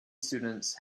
students